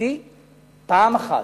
דו-שנתי פעם אחת.